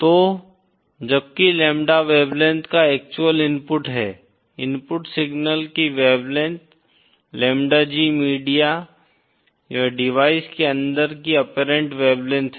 तो जबकि lambda wavelength का एक्चुअल इनपुट है इनपुट सिग्नल की वेवलेंथ लैम्ब्डा G मीडिया या डिवाइस के अंदर की ऍपेरेंट वेवलेंथ है